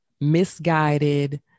misguided